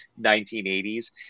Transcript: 1980s